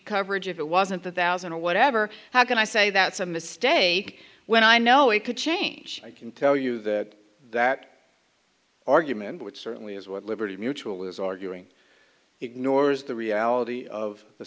coverage if it wasn't the thousand or whatever how can i say that's a mistake when i know it could change i can tell you that that argument which certainly is what liberty mutual is arguing ignores the reality of the